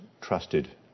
trusted